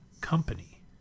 Company